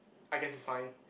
I guess it's fine